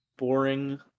Boring